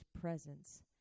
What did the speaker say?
presence